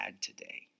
today